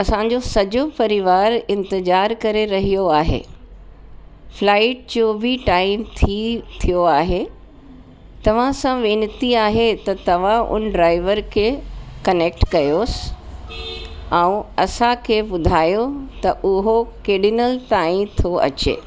असांजो सॼो परिवारु इंतज़ारु करे रहियो आहे फ्लाइट जो बि टाईम थी थियो आहे तवां सां वेनिती आहे त तव्हां हुन ड्राइवर खे कनैक्ट कयोसि ऐं असांखे ॿुधायो त उहो केॾी नल ताईं थो अचे